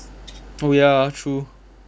oh ya ah true